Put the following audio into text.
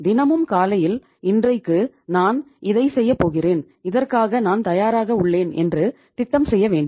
தினமும் காலையில் இன்றைக்கு நான் இதை செய்யப் போகிறேன் இதற்காக நான் தயாராக உள்ளேன் என்று திட்டம் செய்ய வேண்டும்